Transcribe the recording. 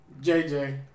JJ